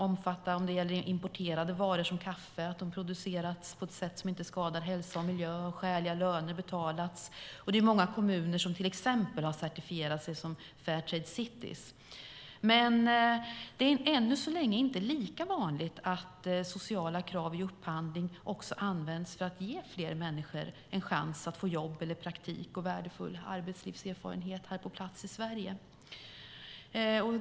Om det gäller importerade varor som kaffe kan det handla om att de produceras på ett sätt som inte skadar hälsa och miljö och att skäliga löner betalats. Många kommuner har till exempel certifierat sig som Fairtrade cities. Men det är än så länge inte lika vanligt att sociala krav i upphandling också används för att ge fler människor en chans att få jobb, praktik och värdefull arbetslivserfarenhet på plats här i Sverige.